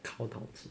town council